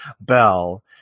Bell